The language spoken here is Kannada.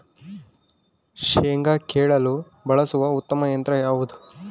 ಶೇಂಗಾ ಕೇಳಲು ಬಳಸುವ ಉತ್ತಮ ಯಂತ್ರ ಯಾವುದು?